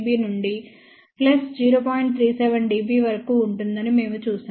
37 dB వరకు ఉంటుందని మేము చూశాము